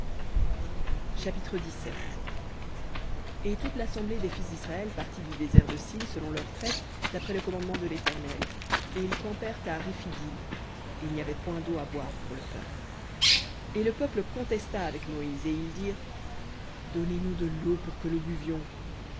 chapitre et toute l'assemblée des fils d'israël partit du désert de sin selon leurs traites d'après le commandement de l'éternel et ils campèrent à rephidim et il n'y avait point d'eau à boire pour le peuple et le peuple contesta avec moïse et ils dirent donnez-nous de l'eau pour que nous buvions